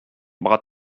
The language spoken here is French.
bras